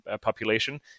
population